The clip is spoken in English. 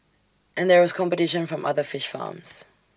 and there was competition from other fish farms